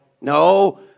No